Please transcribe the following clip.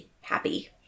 happy